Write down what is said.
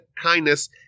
kindness